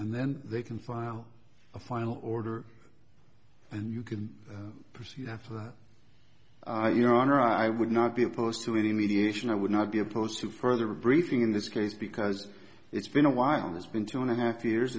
and then they can file a final order and you can proceed after your honor i would not be opposed to any mediation i would not be opposed to further briefing in this case because it's been a while it's been two and a half years